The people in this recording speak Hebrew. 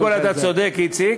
קודם כול אתה צודק, איציק,